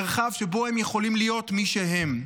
מרחב שבו הם יכולים להיות מי שהם.